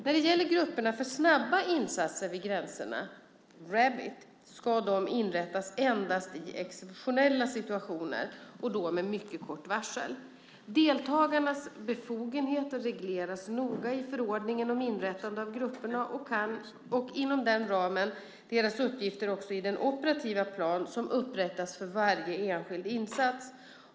När det gäller grupperna för snabba insatser vid gränserna, Rabit, ska dessa inrättas endast i exceptionella situationer och då med mycket kort varsel. Deltagarnas befogenheter regleras noggrant i förordningen om inrättande av grupperna och, inom denna ram, deras uppgifter i den operativa plan som upprättas för varje enskild insats.